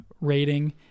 rating